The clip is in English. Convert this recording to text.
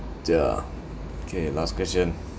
yeah okay last question